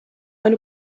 eine